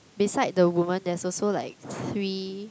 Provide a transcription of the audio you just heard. beside the woman there's also like three